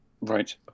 Right